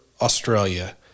Australia